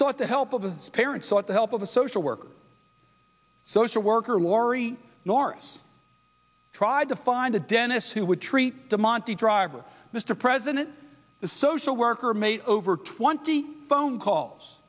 sought the help of the parents sought the help of a social worker social worker lori norris tried to find a dentist who would treat the monte driver mr president the social worker made over twenty phone calls